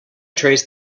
trace